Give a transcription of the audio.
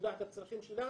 יודעת את הצרכים שלה,